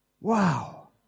Wow